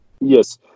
yes